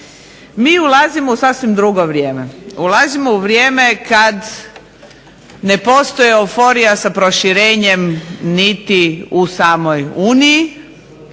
Mi ulazimo u sasvim drugo vrijeme, ulazimo u vrijeme kad ne postoji euforija sa proširenjem niti u samoj Uniji